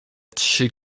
trzy